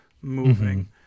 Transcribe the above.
moving